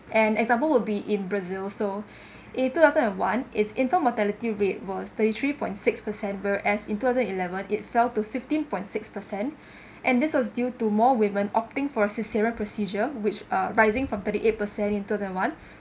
an example would be in brazil so in two thousand and one its infant mortality rate was thirty three point six percent whereas in two thousand eleven it fell to fifteen point six percent and this was due to more women opting for cesarean procedure which uh rising from thirty eight percent in two thousand and one